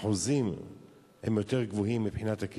אחוזי הכישלון גבוהים יותר.